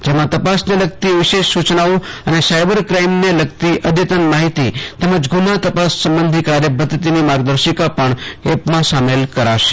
જેમાં તપાસને લગતી વિશેષ સૂચનાઓઅને સાયબર ક્રાઇમને લગતી અઘંતને માહિતી તેમજ ગુન્હા તપાસ સંબંધી કાર્યપદ્ધતિની માર્ગદશિકા પણ એપમાં સામેલ કરાશે